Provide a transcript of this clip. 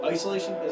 Isolation